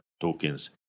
tokens